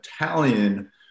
Italian